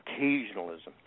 occasionalism